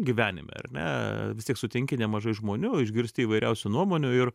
gyvenime ar ne vis tiek sutinki nemažai žmonių išgirsti įvairiausių nuomonių ir